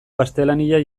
gaztelania